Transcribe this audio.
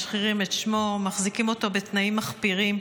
משחירים את שמו, מחזיקים אותו בתנאים מחפירים,